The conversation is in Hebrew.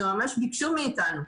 וממש ביקשו מאיתנו,